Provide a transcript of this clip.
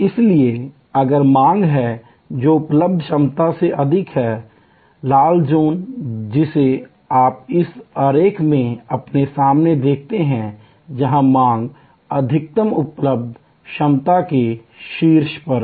इसलिए अगर मांग है जो उपलब्ध क्षमता से अधिक है लाल ज़ोन जिसे आप इस आरेख में अपने सामने देखते हैं जहां मांग अधिकतम उपलब्ध क्षमता के शीर्ष पर है